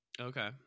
Okay